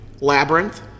Labyrinth